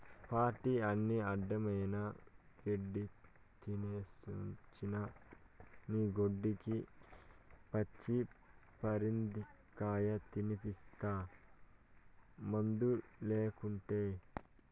party అని అడ్డమైన గెడ్డీ తినేసొచ్చిన నీ కొడుక్కి పచ్చి పరిందకాయ తినిపిస్తీ మందులేకుటే